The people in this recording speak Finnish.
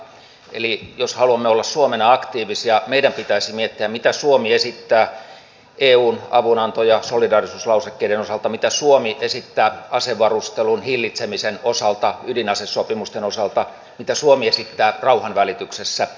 eli jos haluamme olla suomena aktiivisia meidän pitäisi miettiä mitä suomi esittää eun avunanto ja solidaarisuuslausekkeiden osalta mitä suomi esittää asevarustelun hillitsemisen osalta ydinasesopimusten osalta mitä suomi esittää rauhanvälityksessä